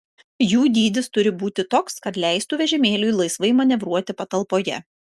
jų dydis turi būti toks kad leistų vežimėliui laisvai manevruoti patalpoje